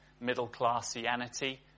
middle-classianity